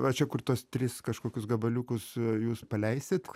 va čia kur tuos tris kažkokius gabaliukus jūs paleisit